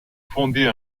fonder